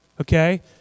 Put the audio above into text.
okay